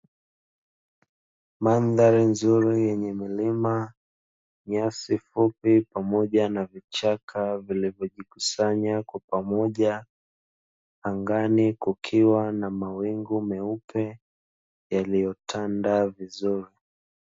Mandhari nzuri yenye milima, nyasi fupi pamoja na vichaka vilivyojikusaya kwa pamoja, angani kukiwa na mawingu meupe yaliyotanda vizuri.